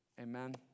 Amen